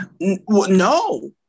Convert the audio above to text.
No